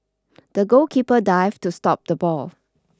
the goalkeeper dived to stop the ball